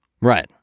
Right